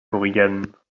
korigane